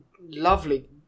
Lovely